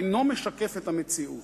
אינו משקף את המציאות.